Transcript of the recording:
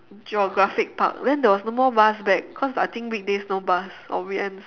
geographic park then there was no more bus back cause I think weekdays no bus or weekends